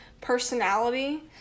personality